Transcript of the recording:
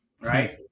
Right